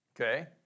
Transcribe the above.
Okay